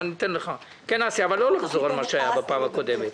אבל לא לחזור על מה שהיה בפעם הקודמת.